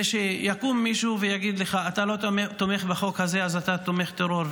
שיקום מישהו ויגיד לך: אתה לא תומך בחוק הזה אז אתה תומך טרור.